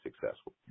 successful